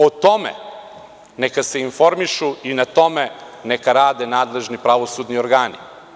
O tome neka se informišu i na tome neka rade nadležni pravosudni organi.